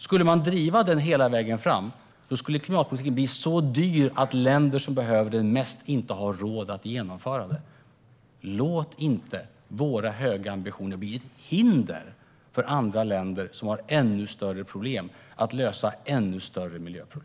Skulle man driva den hela vägen fram skulle klimatpolitiken bli så dyr att länder som behövde den mest inte har råd att genomföra den. Låt inte våra höga ambitioner bli ett hinder för andra länder som har ännu större problem med att lösa ännu större miljöproblem!